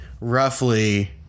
roughly